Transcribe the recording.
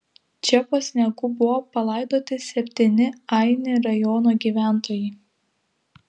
čia po sniegu buvo palaidoti septyni aini rajono gyventojai